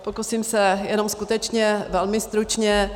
Pokusím se jenom skutečně velmi stručně.